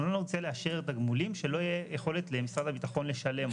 אנחנו לא נרצה לאשר תגמולים שלא יהיה יכולת למשרד הביטחון לשלם אותם,